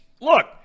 look